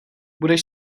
budeš